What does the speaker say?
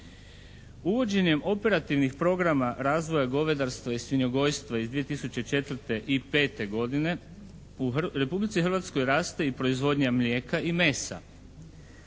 Uvođenjem operativnih programa razvoja govedarstva i svinjogojstva iz 2004. i 2005. godine u Republici Hrvatskoj raste i proizvodnja mlijeka i mesa,